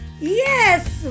Yes